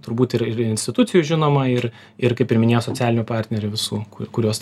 turbūt ir ir institucijų žinoma ir ir kaip ir minėjo socialinių partnerių visų kuriuos